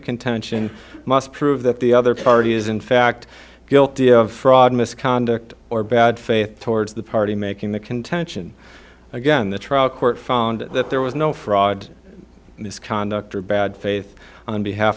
contention must prove that the other party is in fact guilty of fraud misconduct or bad faith towards the party making the contention again the trial court found that there was no fraud misconduct or bad faith on behalf